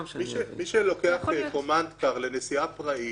אם מישהו לוקח קומנדקר לנסיעה פראית,